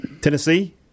Tennessee